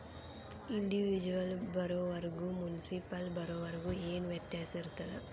Individual ಬಾರೊವರ್ಗು municipal ಬಾರೊವರ್ಗ ಏನ್ ವ್ಯತ್ಯಾಸಿರ್ತದ?